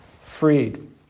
freed